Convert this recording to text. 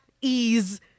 ease